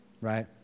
right